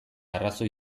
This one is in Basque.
arrazoi